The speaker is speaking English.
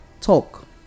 talk